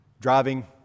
Driving